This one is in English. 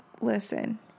listen